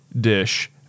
dish